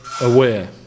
aware